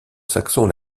saxon